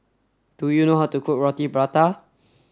do you know how to cook Roti Prata